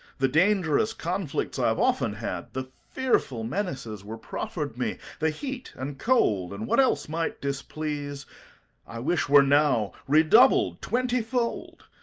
the dangerous conflicts i have often had, the fearful menaces were proffered me, the heat and cold and what else might displease i wish were now redoubled twenty fold,